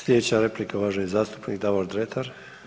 Sljedeća replika uvaženi zastupnik Davor Dretar.